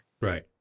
Right